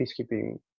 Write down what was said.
peacekeeping